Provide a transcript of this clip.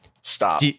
stop